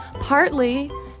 partly